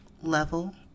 level